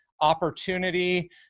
opportunity